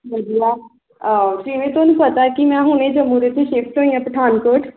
ਵਧੀਆ ਜਿਵੇਂ ਤੁਹਾਨੂੰ ਪਤਾ ਕਿ ਮੈਂ ਹੁਣੇ ਜੰਮੂ ਵਿੱਚ ਸ਼ਿਫਟ ਹੋਈ ਹਾਂ ਪਠਾਨਕੋਟ